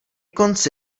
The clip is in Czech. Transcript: konci